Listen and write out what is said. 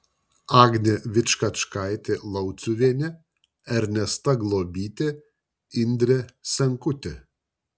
agnė vičkačkaitė lauciuvienė ernesta globytė indrė senkutė